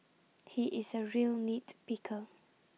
he is A real nit picker